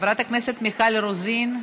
חברת הכנסת מיכל רוזין,